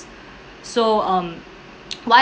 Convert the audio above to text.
so um what